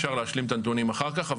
אפשר להשלים את הנתונים אחר כך,